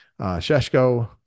Sheshko